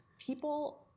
people